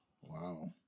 Wow